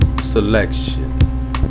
selection